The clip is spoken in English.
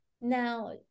now